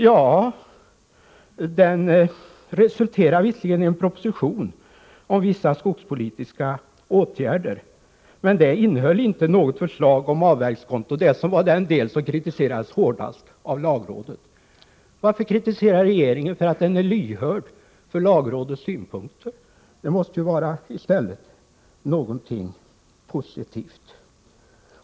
Ja, den resulterade visserligen i en proposition om vissa skogspolitiska åtgärder, men propositionen innehöll inte något förslag om avverkningskonto, som var det förslag som kritiserades hårdast av lagrådet. Varför kritisera regeringen för att den är lyhörd för lagrådets synpunkter? Det måste ju i stället vara någonting positivt.